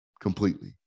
completely